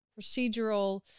procedural